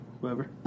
whoever